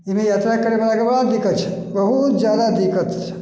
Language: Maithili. ई भी यात्रा करय वला के बड़ा दिक्कत छै बहुत जादा दिक्कत छै